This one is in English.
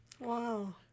wow